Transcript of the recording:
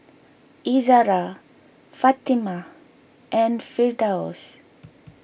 Izzara Fatimah and Firdaus